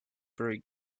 very